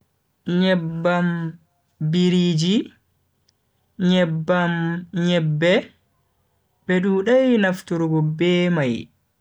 Nyebbam biriji, nyebban nyebbe, be dudai nafturgo be mai.